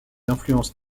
influences